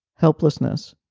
helplessness,